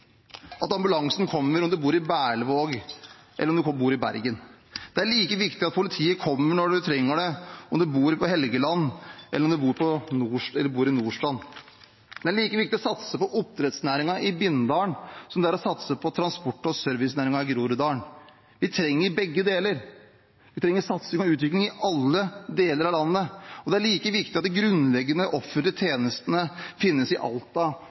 at ambulansen kommer enten du bor i Berlevåg, eller du bor i Bergen. Det er like viktig at politiet kommer når du trenger det, enten du bor på Helgeland, eller du bor på Nordstrand. Det er like viktig å satse på oppdrettsnæringen i Bindal som det er å satse på transport- og servicenæringen i Groruddalen. Vi trenger begge deler. Vi trenger satsing og utvikling i alle deler av landet, og det er like viktig at de grunnleggende offentlige tjenestene finnes i Alta,